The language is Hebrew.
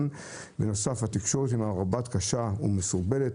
בנוסף, התקשורת עם המרב"ד קשה ומסורבלת.